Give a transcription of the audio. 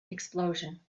explosion